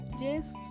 Yes